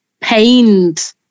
pained